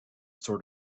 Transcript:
store